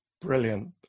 Brilliant